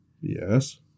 Yes